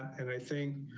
and i think,